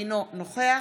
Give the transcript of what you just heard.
אינו נוכח